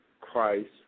Christ